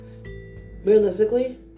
Realistically